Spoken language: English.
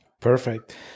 Perfect